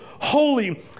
holy